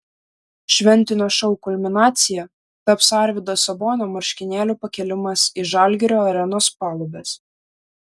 šventinio šou kulminacija taps arvydo sabonio marškinėlių pakėlimas į žalgirio arenos palubes